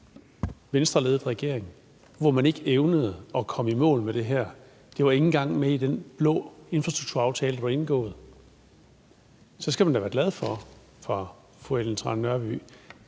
Venstreledet regering, hvor man ikke evnede at komme i mål med det her. Det var ikke engang med i den blå infrastrukturaftale, der blev indgået. Så skal man da være glad for, fru Ellen Trane Nørby,